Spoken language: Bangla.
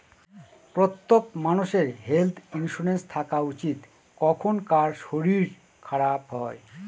প্রত্যেক মানষের হেল্থ ইন্সুরেন্স থাকা উচিত, কখন কার শরীর খারাপ হয়